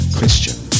Christian